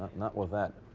not with that.